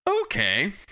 okay